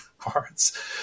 parts